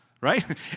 right